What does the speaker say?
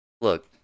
look